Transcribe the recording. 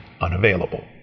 unavailable